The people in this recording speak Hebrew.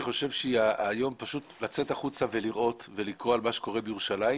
אני חושב שהיום לצאת החוצה ולראות ולקרוא על מה שקורה בירושלים,